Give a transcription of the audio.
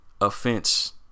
offense